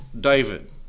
David